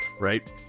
right